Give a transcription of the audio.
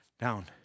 down